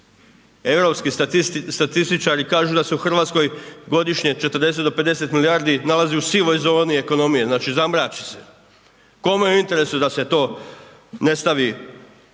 Europski statističari kažu da se u Hrvatskoj godišnje 40 do 50 milijardi nalazi u sivoj zoni ekonomije, znači zamrači se. Kome je u interesu da se to ne stavi